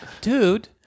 dude